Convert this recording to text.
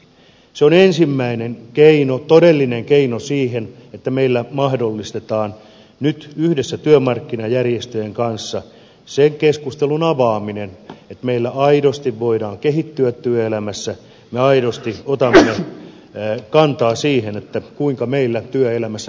se on ensimmäinen todellinen keino siihen että meillä mahdollistetaan nyt yhdessä työmarkkinajärjestöjen kanssa sen keskustelun avaaminen että meillä aidosti voidaan kehittyä työelämässä me aidosti otamme kantaa siihen kuinka meillä työelämässä jaksetaan